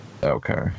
Okay